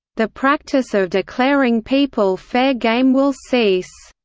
the practice of declaring people fair game will cease.